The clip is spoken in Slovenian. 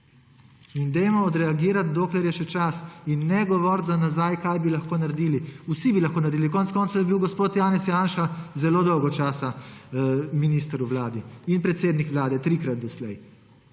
In odreagirajmo, dokler je še čas. In ne govoriti za nazaj, kaj bi lahko naredili. Vsi bi lahko naredili. Konec koncev je bil gospod Janez Janša zelo dolgo časa minister v vladi in predsednik Vlade trikrat doslej.